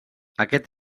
aquest